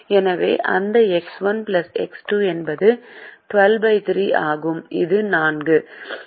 எனவே அந்த x 1 x 2 என்பது 123 ஆகும் இது 4